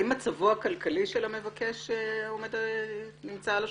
האם מצבו הכלכלי של המבקש נמצא על השולחן?